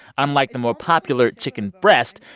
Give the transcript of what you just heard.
unlike the more popular chicken breast,